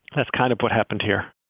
that's kind of what happened here